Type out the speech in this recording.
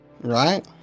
right